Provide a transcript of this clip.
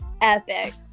Epic